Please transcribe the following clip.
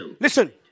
Listen